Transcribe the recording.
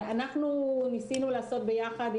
ביחד עם